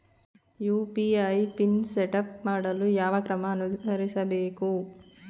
UPI PIN setup ಮಾಡಲು ಯಾವ ಕ್ರಮ ಅನುಸರಿಸಬೇಕು?